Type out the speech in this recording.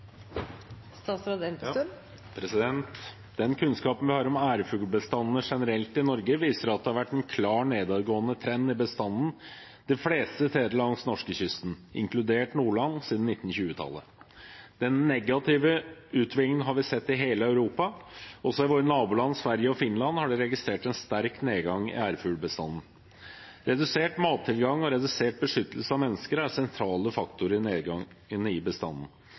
Den kunnskapen vi har om ærfuglbestandene generelt i Norge, viser at det har vært en klart nedadgående trend i bestanden de fleste steder langs norskekysten, inkludert Nordland, siden 1920-tallet. Den negative utviklingen har vi sett i hele Europa, og også i våre naboland Sverige og Finland er det registrert en sterk nedgang i ærfuglbestanden. Redusert mattilgang og redusert beskyttelse fra mennesker er sentrale faktorer i nedgangen i bestanden.